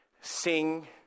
sing